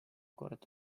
kord